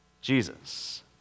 Jesus